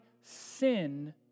sin